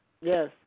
Yes